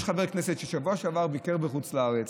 יש חבר כנסת שבשבוע שעבר ביקר בחוץ לארץ,